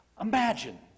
Imagine